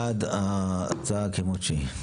מי בעד ההצעה כמות שהיא?